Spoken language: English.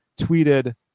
tweeted